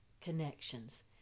connections